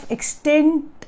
Extinct